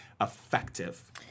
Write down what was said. effective